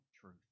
truth